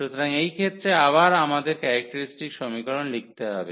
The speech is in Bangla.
সুতরাং এই ক্ষেত্রে আবার আমাদের ক্যারেক্টারিস্টিক সমীকরণ লিখতে হবে